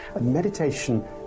Meditation